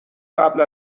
قبل